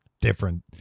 different